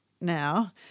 now